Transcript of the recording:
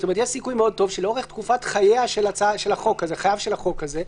יש סיכוי טוב מאוד שלאורך תקופת חיו של החוק הזה,